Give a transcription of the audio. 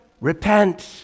repent